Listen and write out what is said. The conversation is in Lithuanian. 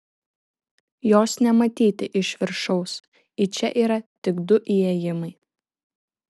jos nematyti iš viršaus į čia yra tik du įėjimai